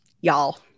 Y'all